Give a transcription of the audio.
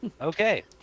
Okay